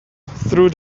through